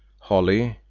holly,